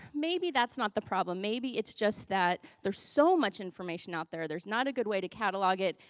maybe that's not the problem. maybe it's just that there's so much information out there. there's not a good way to catalog it,